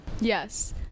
Yes